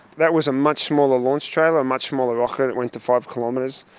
that was a much smaller launch trailer, a much smaller rocket, it went to five kilometres.